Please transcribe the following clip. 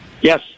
Yes